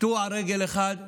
קטוע רגל אחד ואלמונית.